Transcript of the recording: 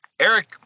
Eric